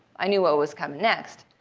i knew what was coming next.